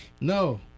No